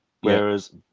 Whereas